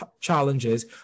challenges